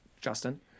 Justin